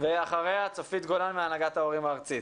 אחריה צופית גולן מהנהגת ההורים הארצית.